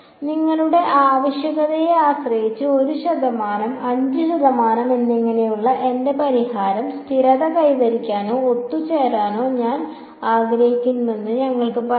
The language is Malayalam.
അതിനാൽ നിങ്ങളുടെ ആവശ്യകതയെ ആശ്രയിച്ച് 1 ശതമാനം 5 ശതമാനം എന്നിങ്ങനെയുള്ള എന്റെ പരിഹാരം സ്ഥിരത കൈവരിക്കാനോ ഒത്തുചേരാനോ ഞാൻ ആഗ്രഹിക്കുന്നുവെന്ന് നിങ്ങൾക്ക് പറയാം